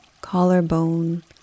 collarbone